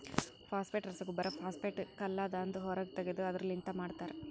phosphate ರಸಗೊಬ್ಬರ phosphate ಕಲ್ಲದಾಂದ ಹೊರಗ್ ತೆಗೆದು ಅದುರ್ ಲಿಂತ ಮಾಡ್ತರ